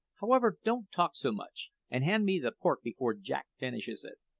however, don't talk so much, and hand me the pork before jack finishes it.